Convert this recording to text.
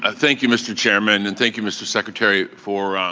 ah thank you, mr. chairman. and thank you, mr. secretary, for. ah